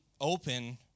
open